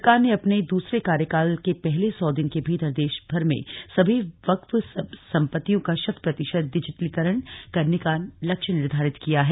सरकार ने अपने दूसरे कार्यकाल के पहले सौ दिन के भीतर देश भर में सभी वक्फ सम्पत्तियों का शत प्रतिशत डिजिटीकरण करने का लक्ष्य निर्धारित किया है